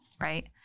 right